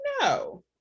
No